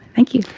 thank you.